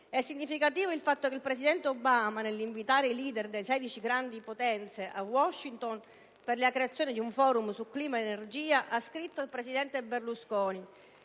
È significativo il fatto che il presidente Obama, nell'invitare i *leader* di 16 grandi potenze a Washington per la creazione di un *Forum* su clima e energia, abbia scritto al presidente Berlusconi